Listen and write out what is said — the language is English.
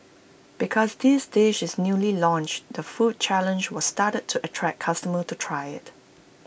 because this dish is newly launched the food challenge was started to attract customers to try IT